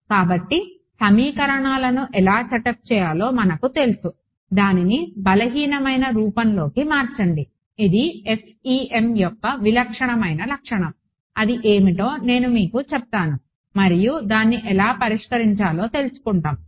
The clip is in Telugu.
కాబట్టి సమీకరణాలను ఎలా సెటప్ చేయాలో మనకు తెలుసు దానిని బలహీనమైన రూపంలోకి మార్చండి ఇది FEM యొక్క విలక్షణమైన లక్షణం అది ఏమిటో నేను మీకు చెప్తాను మరియు దాన్ని ఎలా పరిష్కరించాలో తెలుసుకుంటాము